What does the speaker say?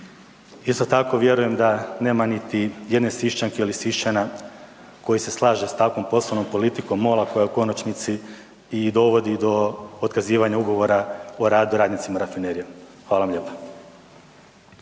Isto tako vjerujem da nema niti jedne Sišćanke ili Sišćana koji se slaže s takvom poslovnom politikom MOL-a koja u konačnici i dovodi do otkazivanja Ugovora o radu radnicima rafinerije. Hvala vam lijepa.